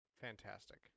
Fantastic